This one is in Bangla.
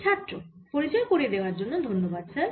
ছাত্র পরিচয় করিয়ে দেওয়ার জন্য ধন্যবাদ স্যার